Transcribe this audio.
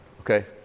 Okay